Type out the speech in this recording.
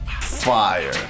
fire